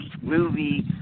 movie